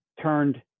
turned